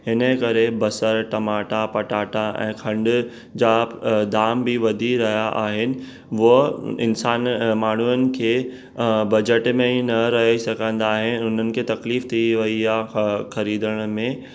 हिन करे बसरु टमाटा पटाटा ऐं खंडु जामु दाम बि वधी रहिया आहिनि उहा इंसानु माण्हुअनि खे बजट में ई न रहे सघंदा आहिनि हुननि खे तकलीफ़ थी वई आहे ख ख़रीदण में